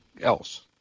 else